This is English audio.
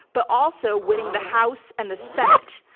but also winning the house and the senate.